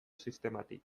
sistematik